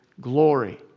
glory